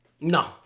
No